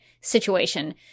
situation